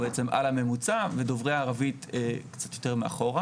או בעצם על הממוצע מדוברי הערבית קצת יותר מאחורה